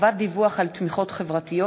הודעה מוקדמת במקרה של פטירת המעביד או העובד),